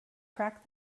crack